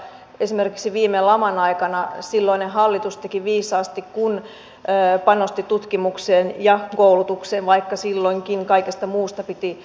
esimerkiksi viime laman aikana silloinen hallitus teki viisaasti kun panosti tutkimukseen ja koulutukseen vaikka silloinkin kaikesta muusta piti leikata